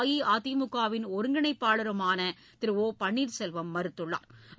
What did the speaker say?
அஇஅதிமுக வின் ஒருங்கிணைப்பாளருமான திரு ஒ பன்னீர்செல்வம் தெரிவித்துள்ளா்